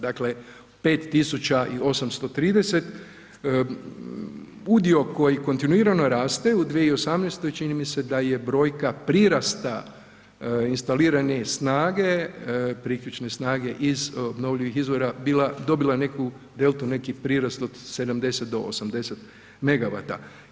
Dakle, 5.830, udio koji kontinuirano rasta u 2018. čini mi se da je brojka prirasta instalirane snage, priključne snage iz obnovljivih izvora bila, dobila neku elto neki prirast od 70 do 80 mega vata.